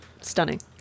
stunning